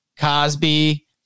Cosby